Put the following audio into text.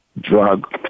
drug